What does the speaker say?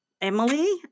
Emily